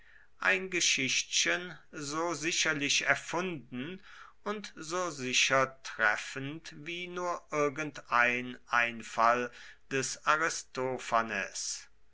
ein geschichtchen so sicherlich erfunden und so sicher treffend wie nur irgendein einfall des aristophanes